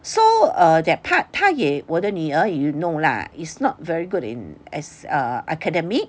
so err that part 她也我的女儿 you know lah is not very good in as~ err academic